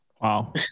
Wow